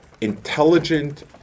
intelligent